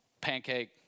Pancake